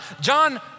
John